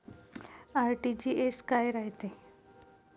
RTGS काय रायते?